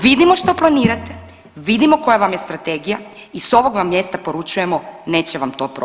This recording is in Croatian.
Vidimo što planirate, vidimo koja vam je strategija i s ovog vam mjesta poručujemo, neće vam to proći.